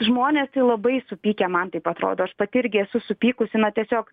žmonės tai labai supykę man taip atrodo aš pati irgi esu supykusi na tiesiog